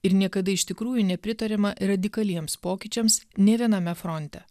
ir niekada iš tikrųjų nepritariama ir radikaliems pokyčiams nė viename fronte